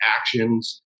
actions